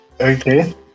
Okay